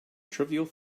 trivial